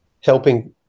helping